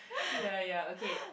ya ya okay